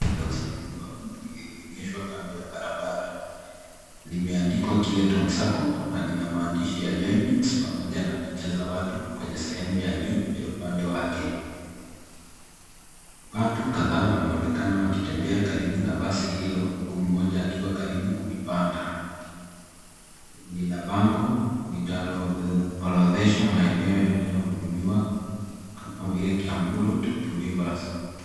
La usafiri wa umma lililoegeshwa kando ya barabara. Limeandikwa Kileton Sacco na lina maandishi ya G-Mix pamoja na picha za watu kwenye sehemu ya juu ya upande wake. Watu kadhaa wanaonekana wakitembea karibu na basi hilo huku mmoja akiwa karibu kulipanda. Lina bango linaloorodhesha maeneo yanayohudumiwa kama vile Kiambu Road , Two Rivers .